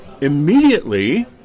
Immediately